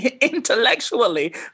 intellectually